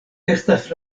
estas